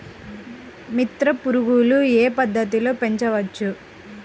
మిత్ర పురుగులు ఏ పద్దతిలో పెంచవచ్చు?